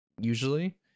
usually